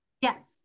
Yes